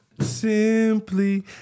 Simply